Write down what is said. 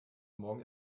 morgen